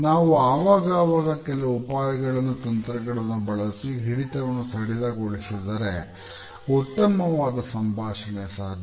ನಾವು ಅವಾಗವಾಗ ಕೆಲವು ಉಪಾಯಗಳನ್ನು ತಂತ್ರಗಳನ್ನು ಬಳಸಿ ಹಿಡಿತವನ್ನು ಸಡಿಲಗೊಳಿಸಿದರೆ ಉತ್ತಮವಾದ ಸಂಭಾಷಣೆ ಸಾಧ್ಯ